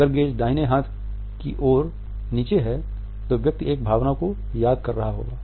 अगर गेज़ दाहिने हाथ की ओर नीचे है तो व्यक्ति एक भावना को याद कर रहा होगा